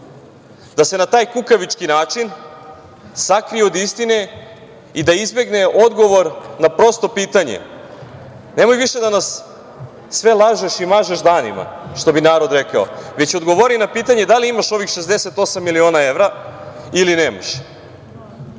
da se na taj kukavički način sakrije od istine i da izbegne odgovor na prosto pitanje. Nemoj više da nas sve lažeš i mažeš danima, što bi narod rekao, već odgovori na pitanje da li imaš ovih 68 miliona evra ili nemaš.